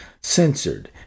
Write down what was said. censored